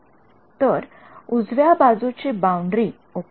तर उजव्या बाजूची बाउंडरी ओके